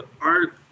art